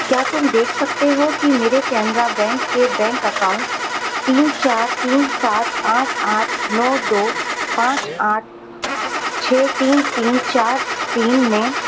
کیا تم دیکھ سکتے ہو کہ میرے کینرا بینک کے بینک اکاؤنٹ تین چار تین سات آٹھ آٹھ نو دو پانچ آٹھ چھ تین تین چار تین میں